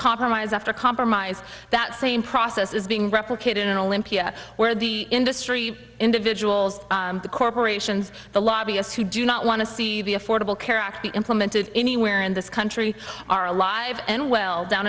compromise after compromise that same process is being replicated in olympia where the industry individuals the corporations the lobbyists who do not want to see the affordable care act be implemented anywhere in this country are alive and well down